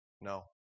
No